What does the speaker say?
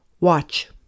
Watch